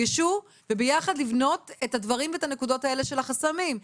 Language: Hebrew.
וביחד לבנות את הדברים ולפתוח חסמים,